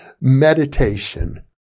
Meditation